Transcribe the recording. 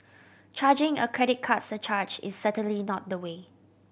charging a credit card surcharge is certainly not the way